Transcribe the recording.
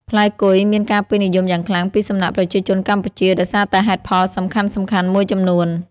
ផ្លែគុយមានការពេញនិយមយ៉ាងខ្លាំងពីសំណាក់ប្រជាជនកម្ពុជាដោយសារតែហេតុផលសំខាន់ៗមួយចំនួន។